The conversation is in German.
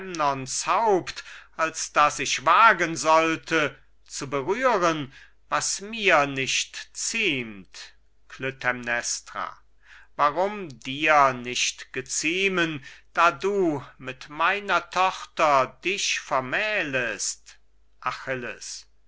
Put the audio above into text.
haupt als daß ich wagen sollte zu berühren was mir nicht ziemt klytämnestra warum dir nicht geziemen da du mit meiner tochter dich vermählest achilles